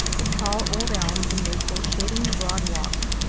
with tall old elms and maples shading the broad walks.